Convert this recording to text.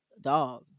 Dog